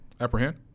Apprehend